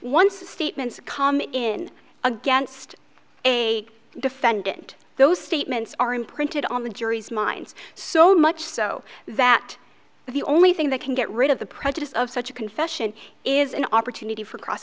the statements come in against a defendant those statements are imprinted on the jury's minds so much so that the only thing they can get rid of the prejudice of such a confession is an opportunity for cross